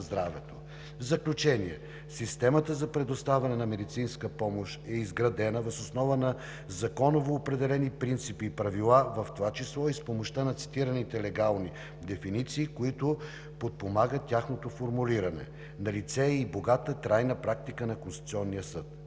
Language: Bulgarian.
В заключение, системата за предоставяне на медицинска помощ е изградена въз основа на законово определени принципи и правила, в това число и с помощта на цитираните легални дефиниции, които подпомагат тяхното формулиране, налице е и богата трайна практика на Конституционния съд.